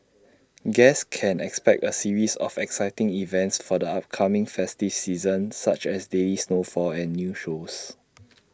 guests can expect A series of exciting events for the upcoming festive season such as daily snowfall and new shows